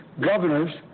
governors